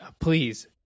please